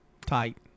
tight